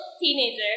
teenager